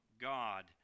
God